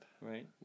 Right